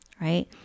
right